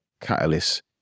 catalyst